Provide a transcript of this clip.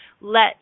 let